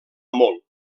molt